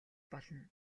болно